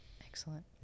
Excellent